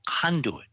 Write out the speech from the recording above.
conduit